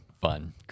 fun